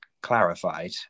clarified